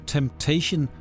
Temptation